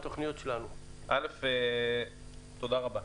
תודה רבה,